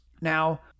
Now